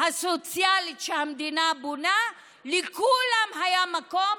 הסוציאלית שהמדינה בונה, לכולם היה מקום,